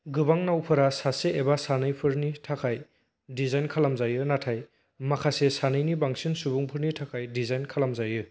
गोबां नावफोरा सासे एबा सानैफोरनि थाखाय डिजाइन खालामजायो नाथाय माखासे सानैनि बांसिन सुबुंफोरनि थाखाय डिजाइन खालामजायो